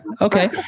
okay